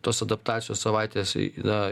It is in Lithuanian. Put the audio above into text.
tos adaptacijos savaitės na